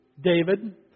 David